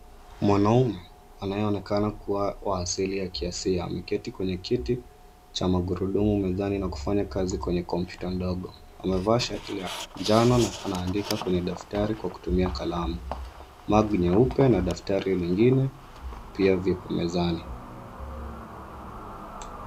Mwanaume anayeoneka kuwa wa asili ya ki Asia ameketi kwenye kiti cha magurudumu mezani na kufanya kazi kwenye komputa ndogo. Amevaa shati la njano na anaandika kwenye daftari kwa kutumia kalamu mug nyeupe na daftari lingine pia vi mezani.